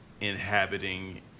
inhabiting